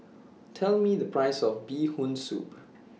Tell Me The Price of Bee Hoon Soup